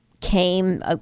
came